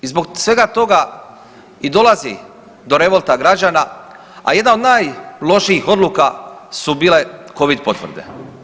I zbog svega toga i dolazi do revolta građana, a jedan od najlošijih odluka su bile covid potvrde.